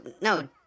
no